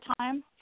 time